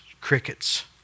crickets